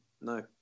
no